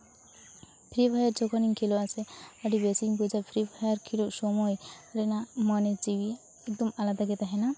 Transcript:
free Fire ᱡᱚᱠᱷᱚᱱᱤᱧ ᱠᱷᱮᱹᱞᱳᱜᱼᱟ ᱥᱮ ᱟᱹᱰᱤ ᱵᱮᱥᱤᱧ ᱵᱩᱡᱟ ᱯᱷᱨᱤ ᱯᱷᱟᱭᱟᱨ ᱠᱷᱮᱞᱳᱜ ᱥᱚᱢᱚᱭ ᱨᱮᱱᱟᱜ ᱢᱚᱱᱮ ᱡᱤᱣᱤ ᱮᱠᱫᱚᱢ ᱟᱞᱟᱫᱟᱜᱮ ᱛᱟᱦᱮᱱᱟ